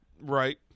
Right